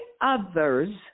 others